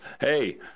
hey –